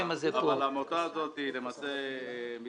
הזה בלט כי זה לא שם שכיח.